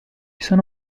sono